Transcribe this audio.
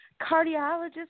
cardiologist